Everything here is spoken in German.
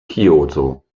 kyōto